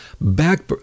Back